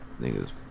niggas